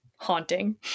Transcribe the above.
haunting